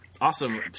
awesome